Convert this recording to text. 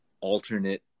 alternate